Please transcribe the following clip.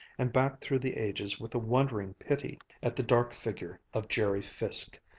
and back through the ages with a wondering pity at the dark figure of jerry fiske,